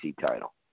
title